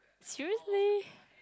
seriously